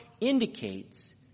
indicates